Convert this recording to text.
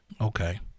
Okay